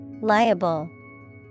Liable